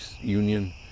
union